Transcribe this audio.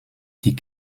die